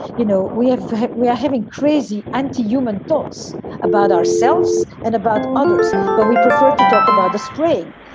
you know, we have we are having crazy anti-human thoughts about ourselves and about others, but we prefer to talk about the spring.